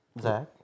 Zach